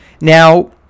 Now